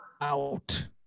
out